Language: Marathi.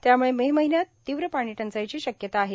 त्याम्ळ मे महिन्यात तीव्र पाणी टंचाई ची शक्यता आहे